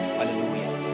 Hallelujah